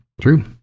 True